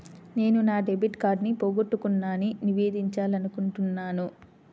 నేను నా డెబిట్ కార్డ్ని పోగొట్టుకున్నాని నివేదించాలనుకుంటున్నాను